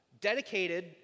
dedicated